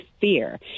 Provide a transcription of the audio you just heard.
fear